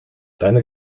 deine